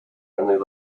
only